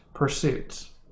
pursuits